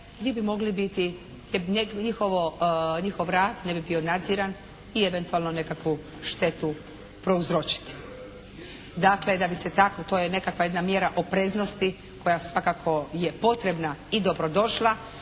gdje bi mogli biti, njihov rad ne bi bio nadziran i eventualno nekakvu štetu prouzročiti. Dakle, da bi se tako, to je nekakva jedna mjera opreznosti koja svakako je potrebna i dobrodošla.